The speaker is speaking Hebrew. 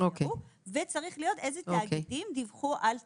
הפרו וצריך להיות איזה תאגידים דיווחו על תיקון.